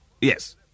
Yes